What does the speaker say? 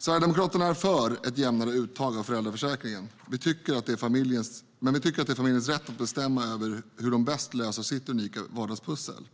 Sverigedemokraterna är för ett jämnare uttag av föräldraförsäkringen, men vi tycker att det är familjens rätt att själv bestämma hur de bäst löser sitt unika vardagspussel.